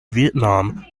vietnam